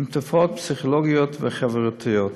עם תופעות פסיכולוגיות וחברתיות.